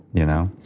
you know.